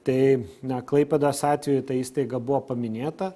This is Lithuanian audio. tai na klaipėdos atveju ta įstaiga buvo paminėta